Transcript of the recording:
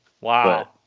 wow